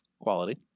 Quality